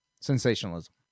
sensationalism